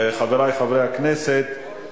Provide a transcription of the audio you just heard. חברי חברי הכנסת,